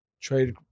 trade